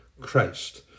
Christ